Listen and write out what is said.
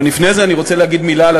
אבל לפני זה אני רוצה להגיד מילה על